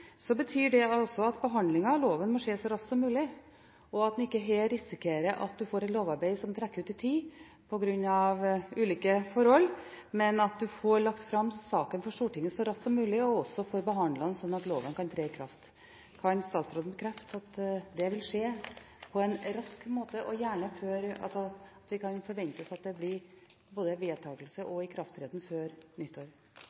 så raskt som mulig, og at en ikke her risikerer at en får et lovarbeid som trekker ut i tid på grunn av ulike forhold. Det er viktig at en får lagt fram saken for Stortinget så raskt som mulig, og også får behandlet den, slik at loven kan tre i kraft. Kan statsråden bekrefte at det vil skje raskt, og at vi kan forvente oss at det blir både vedtakelse